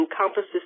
encompasses